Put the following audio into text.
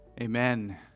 Amen